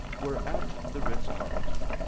were at the ritz-carlton.